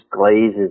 glazes